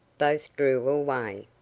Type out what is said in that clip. both drew away.